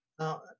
Now